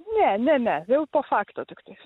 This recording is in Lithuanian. ne ne ne po fakto tiktais